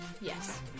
Yes